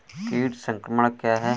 कीट संक्रमण क्या है?